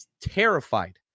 terrified